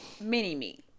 mini-me